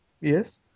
yes